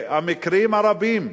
המקרים רבים,